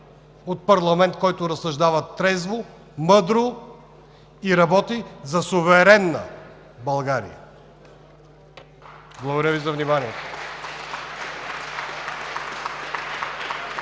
от парламент, който разсъждава трезво, мъдро, който работи за суверенна България. Благодаря Ви за вниманието.